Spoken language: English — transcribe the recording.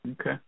Okay